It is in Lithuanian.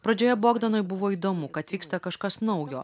pradžioje bogdanui buvo įdomu kad vyksta kažkas naujo